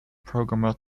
programmer